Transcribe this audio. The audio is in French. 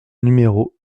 numéro